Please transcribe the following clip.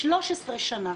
13 שנה.